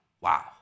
Wow